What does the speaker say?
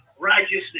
righteousness